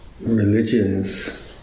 religions